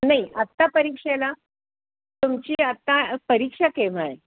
नाही आता परीक्षेला तुमची आता परीक्षा केव्हा आहे